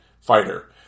fighter